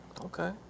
Okay